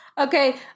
Okay